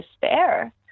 despair